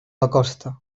acosta